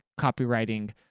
copywriting